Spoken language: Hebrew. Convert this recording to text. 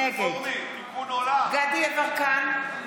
נגד דסטה גדי יברקן,